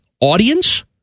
audience